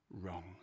wrong